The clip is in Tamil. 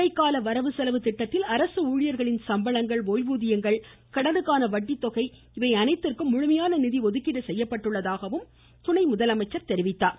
இடைக்கால வரவு செலவு திட்டத்தில் அரசு ஊழியர்களின் சம்பளங்கள் ஒய்வூதியங்கள் கடனுக்கான வட்டித்தொகை இவை அனைத்திற்கும் முழுமையான நிதி ஒதுக்கீடு செய்யப்பட்டுள்ளதாகவும் அவர் கூறினார்